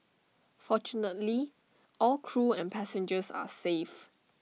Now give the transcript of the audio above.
fortunately all crew and passengers are safe